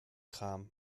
kram